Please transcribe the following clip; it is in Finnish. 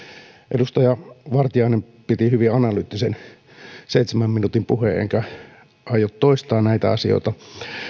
edustaja vartiainen piti hyvin analyyttisen seitsemän minuutin puheen enkä aio toistaa näitä asioita